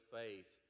faith